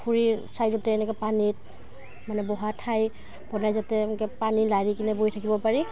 পখুৰীৰৰ চাইডতে এনেকৈ পানীত মানে বহা ঠাই বনাই যাতে এনেকৈ পানী লাৰিকিনে বৈ থাকিব পাৰি